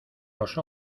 los